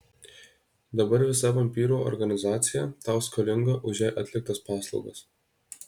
dabar visa vampyrų organizacija tau skolinga už jai atliktas paslaugas